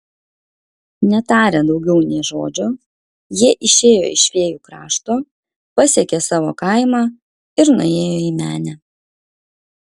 netarę daugiau nė žodžio jie išėjo iš fėjų krašto pasiekė savo kaimą ir nuėjo į menę